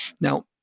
Now